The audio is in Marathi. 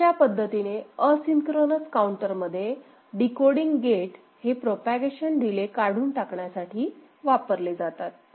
अशा पद्धतीने असिंक्रोनस काउंटर मध्ये डिकोडिंग गेट हे प्रोपागेशन डिले काढून टाकण्यासाठी साठी वापरले जातात